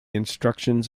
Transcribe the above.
instructions